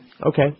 Okay